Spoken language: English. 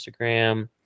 Instagram